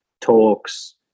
talks